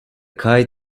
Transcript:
kite